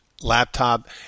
laptop